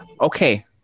Okay